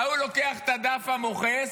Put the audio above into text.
ההוא, המוכס,